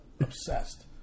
obsessed